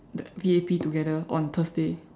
the V_A_P together on Thursday